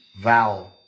Vowel